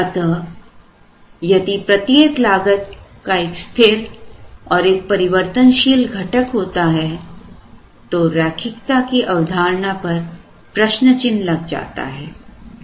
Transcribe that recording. अतः यदि प्रत्येक लागत का एक स्थिर और एक परिवर्तनशील घटक होता है तो रैखिकता की अवधारणा पर प्रश्नचिन्ह लग जाता है